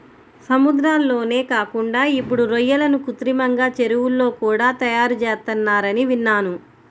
సముద్రాల్లోనే కాకుండా ఇప్పుడు రొయ్యలను కృత్రిమంగా చెరువుల్లో కూడా తయారుచేత్తన్నారని విన్నాను